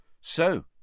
So